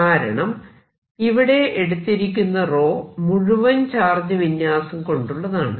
കാരണം ഇവിടെ എടുത്തിരിക്കുന്ന മുഴുവൻ ചാർജ് വിന്യാസം കൊണ്ടുള്ളതാണ്